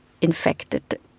infected